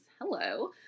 hello